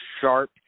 sharp